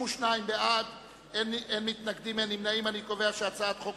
הממשלה על רצונה להחיל דין רציפות על הצעת חוק